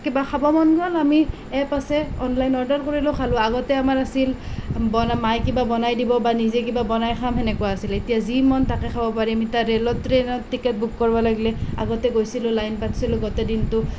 কিবা খাব মন গ'ল আমি এপ আছে অনলাইন অৰ্ডাৰ কৰিলোঁ খালোঁ আগতে আমাৰ আছিল বনাই মায়ে কিবা বনাই দিব বা নিজে কিবা বনাই খাম সেনেকুৱা আছিলে এতিয়া যি মন তাকেই খাব পাৰিম এতিয়া ৰেলত ট্ৰেনত টিকেট বুক কৰিব লাগিলে আগতে গৈছিলোঁ লাইন পাতিছিলোঁ গোটেই দিনটো